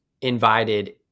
invited